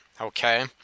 Okay